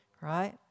Right